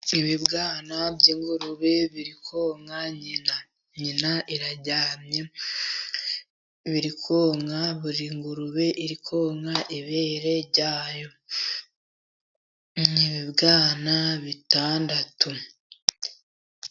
Ibibwana by'ingurube biri konka nyina. Nyina iraryamye, birikonka, buri ngurube iri konka ibere rya yo. Ni ibibwana bitandatu.